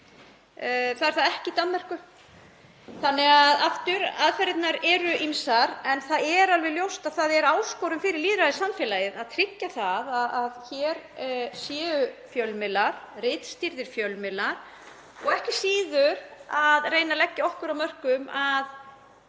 Það ekki í Danmörku. Aðferðirnar eru ýmsar en það er alveg ljóst að það er áskorun fyrir lýðræðissamfélagið að tryggja að hér séu fjölmiðlar, ritstýrðir fjölmiðlar, og ekki síður að reyna að leggja okkar af mörkum